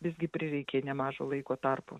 visgi prireikė nemažo laiko tarpo